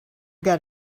got